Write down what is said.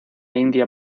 india